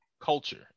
culture